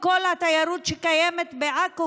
וכל התיירות שקיימת בעכו,